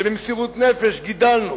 שבמסירות נפש גידלנו,